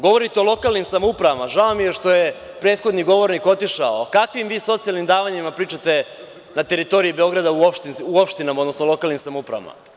Govorite o lokalnim samoupravama i žao mi je što je prethodni govornik otišao, o kakvim socijalnim davanjima vi pričate na teritoriji Beograda u opštinama, odnosno u lokalnim samoupravama.